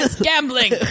gambling